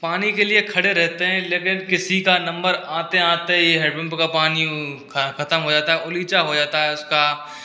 पानी के लिए खड़े रहते हैं लेकिन किसी का नंबर आते आते यह हेटपंप का पानी ख खतम हो जाता है उलीचा हो जाता है उसका